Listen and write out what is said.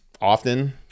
often